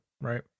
right